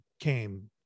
came